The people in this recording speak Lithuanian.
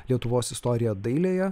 lietuvos istoriją dailėje